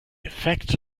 effect